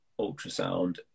ultrasound